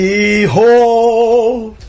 Behold